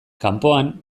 kanpoan